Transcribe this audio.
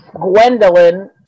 Gwendolyn